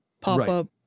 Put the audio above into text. pop-up